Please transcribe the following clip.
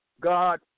God